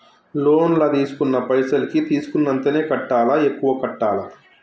Loan లా తీస్కున్న పైసల్ కి తీస్కున్నంతనే కట్టాలా? ఎక్కువ కట్టాలా?